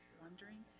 wondering